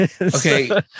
Okay